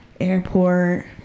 airport